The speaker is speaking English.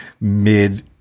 mid